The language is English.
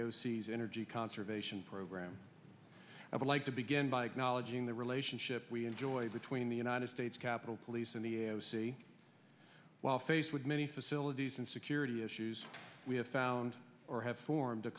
esses energy conservation program i would like to begin by acknowledging the relationship we enjoy between the united states capitol police and the s c while faced with many facilities and security issues we have found or have formed a